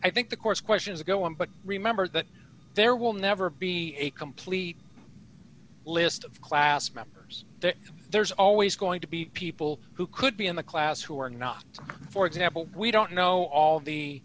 i think the course question is go on but remember that there will never be a complete list of class members there there's always going to be people who could be in the class who are not for example we don't know all the